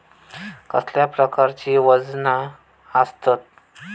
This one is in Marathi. कसल्या प्रकारची वजना आसतत?